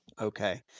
Okay